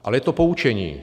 Ale je to poučení.